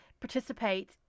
participate